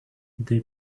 they